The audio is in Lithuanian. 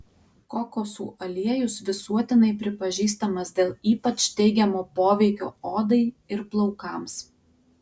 kokosų aliejus visuotinai pripažįstamas dėl ypač teigiamo poveikio odai ir plaukams